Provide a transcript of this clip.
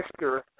Mr